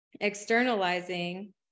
externalizing